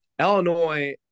Illinois